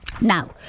Now